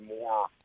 more